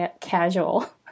casual